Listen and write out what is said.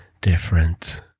different